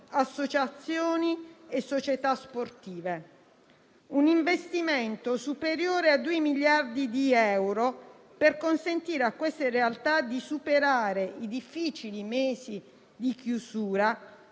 associazioni e società sportive. Un investimento superiore a due miliardi euro per consentire a queste realtà di superare i difficili mesi di chiusura,